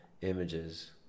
Images